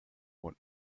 went